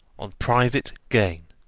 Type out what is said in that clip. on private gain.